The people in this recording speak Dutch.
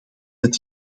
het